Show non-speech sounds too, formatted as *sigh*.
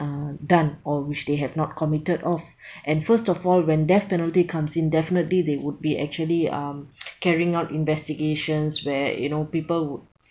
uh done or which they have not committed of *breath* and first of all when death penalty comes in definitely they would be actually um *noise* carrying out investigations where you know people would